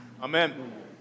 Amen